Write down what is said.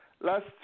last